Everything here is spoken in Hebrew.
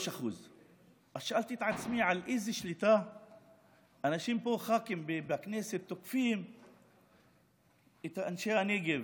3%. שאלתי את עצמי על איזו שליטה ח"כים מהכנסת תוקפים את אנשי הנגב,